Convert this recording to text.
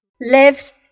Lives